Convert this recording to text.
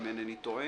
אם אינני טועה,